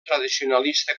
tradicionalista